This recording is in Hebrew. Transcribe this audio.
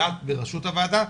ואת ברשות הועדה,